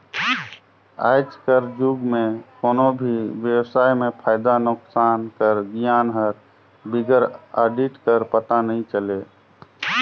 आएज कर जुग में कोनो भी बेवसाय में फयदा नोसकान कर गियान हर बिगर आडिट कर पता नी चले